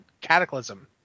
Cataclysm